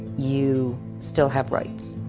you still have rights.